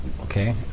Okay